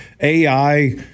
AI